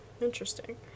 Interesting